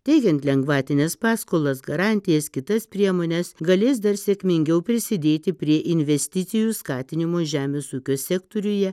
teikiant lengvatines paskolas garantijas kitas priemones galės dar sėkmingiau prisidėti prie investicijų skatinimo žemės ūkio sektoriuje